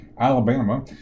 Alabama